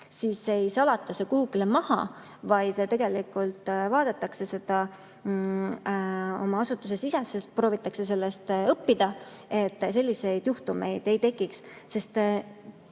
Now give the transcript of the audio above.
siis ei salata seda maha, vaid tegelikult vaadatakse seda oma asutuse sees ja proovitakse sellest õppida, et selliseid juhtumeid rohkem ei